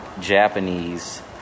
Japanese